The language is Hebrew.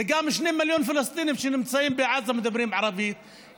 וגם שני מיליון פלסטינים שנמצאים בעזה מדברים ערבית,